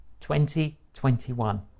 2021